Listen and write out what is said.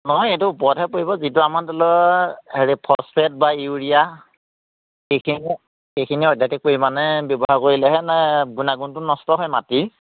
নহয় সেইটো ওপৰতহে পৰিব যিটো আমাৰ ধৰি লওক হেৰি ফছফেট বা ইউৰিয়া সেইখিনি সেইখিনি অত্যাধিক পৰিমাণে ব্যৱহাৰ কৰিলেহে মানে গুণাগুণটো নষ্ট হয় মাটিৰ